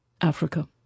Africa